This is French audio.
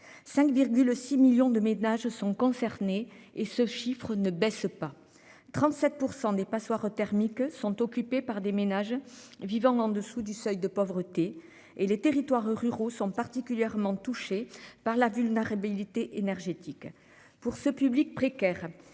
5,6 millions de ménages sont concernés et ce chiffre ne baisse pas, 37% des passoires thermiques sont occupés par des ménages vivant en dessous du seuil de pauvreté et les territoires ruraux sont particulièrement touchés par la vulnérabilité énergétique pour ce public précaire,